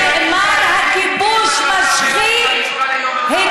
כשנאמר "הכיבוש משחית",